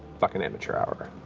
fucking amateur hour.